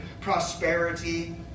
prosperity